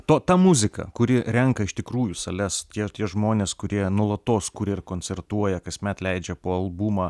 to ta muzika kuri renka iš tikrųjų sales tie tie žmonės kurie nuolatos kuria ir koncertuoja kasmet leidžia po albumą